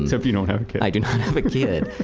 except you don't have a kid. i do not have a kid.